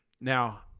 now